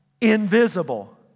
invisible